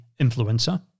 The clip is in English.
influencer